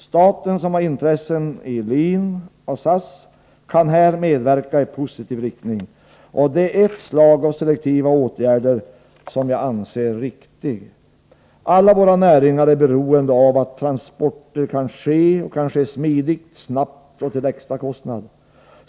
Staten, som har intressen i LIN och SAS, kan här medverka i positiv riktning, och det är ett slag av selektiva åtgärder som jag anser riktig. Alla våra näringar är beroende av att transporter kan ske och kan ske smidigt, snabbt och till lägsta kostnad.